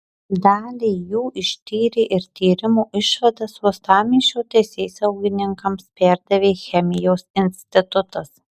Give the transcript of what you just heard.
dalį jų ištyrė ir tyrimo išvadas uostamiesčio teisėsaugininkams perdavė chemijos institutas